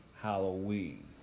Halloween